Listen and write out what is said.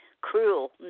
cruel